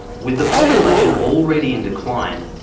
with the population already in decline,